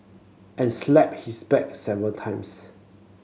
and slapped his back several times